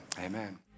amen